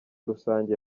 rusange